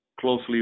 closely